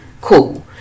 cool